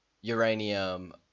uranium